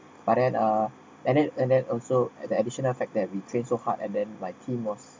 but then uh and then and then also at the additional fact that we train so hard and then my team was